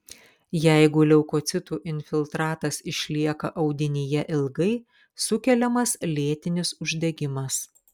jeigu leukocitų infiltratas išlieka audinyje ilgai sukeliamas lėtinis uždegimas